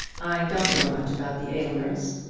i don't know much about the aylmers.